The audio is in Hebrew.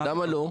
למה לא?